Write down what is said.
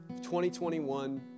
2021